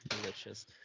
delicious